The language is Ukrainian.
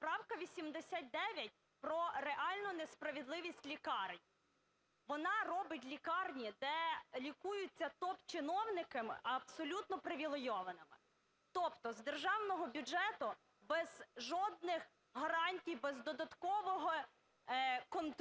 правка 89 про реальну несправедливість лікарень, вона робить лікарні, де лікуються топчиновники, абсолютно привілейованими. Тобто з державного бюджету без жодних гарантій, без додаткового контролю